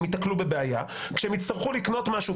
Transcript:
הם ייתקלו בבעיה כשהם יצטרכו לקנות משהו,